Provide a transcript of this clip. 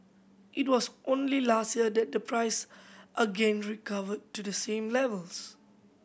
it was only last year that the price again recovered to the same levels